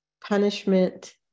punishment